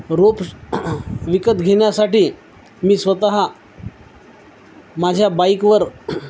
रोप विकत घेण्यासाठी मी स्वतः माझ्या बाईकवर